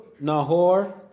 Nahor